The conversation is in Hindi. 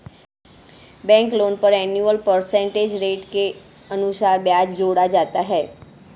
बैंक लोन पर एनुअल परसेंटेज रेट के अनुसार ब्याज जोड़ा जाता है